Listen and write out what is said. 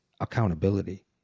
accountability